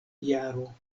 jaro